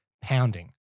pounding